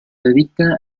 dedica